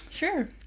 Sure